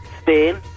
Spain